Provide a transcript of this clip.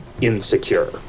insecure